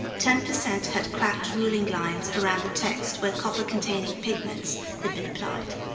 ten percent had cracked ruling lines around the text where copper-containing pigments had been applied.